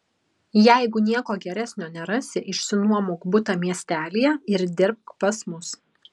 jeigu nieko geresnio nerasi išsinuomok butą miestelyje ir dirbk pas mus